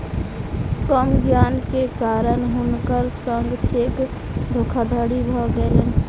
कम ज्ञान के कारण हुनकर संग चेक धोखादड़ी भ गेलैन